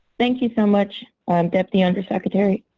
thank you so much, um deputy under secretary.